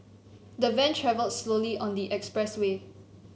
the van travelled slowly on the expressway